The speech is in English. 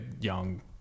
young